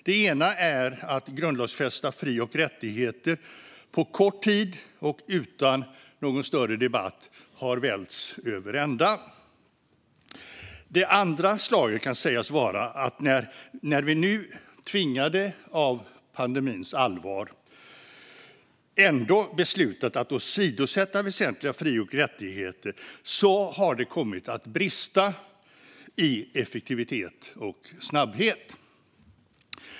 Det ena är att grundlagsfästa fri och rättigheter på kort tid och utan någon större debatt har välts över ända. Det andra kan sägas vara att när vi nu, tvingade av pandemins allvar, ändå har beslutat att åsidosätta väsentliga fri och rättigheter har det kommit att brista i effektivitet och snabbhet.